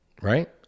right